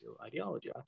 ideology